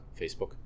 Facebook